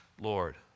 Lord